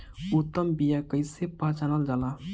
उत्तम बीया कईसे पहचानल जाला?